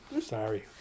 sorry